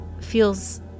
feels